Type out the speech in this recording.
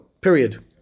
Period